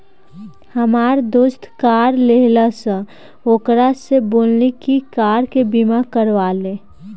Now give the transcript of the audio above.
हामार दोस्त कार लेहलस त ओकरा से बोलनी की कार के बीमा करवा ले